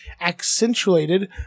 accentuated